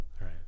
Right